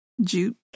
Jute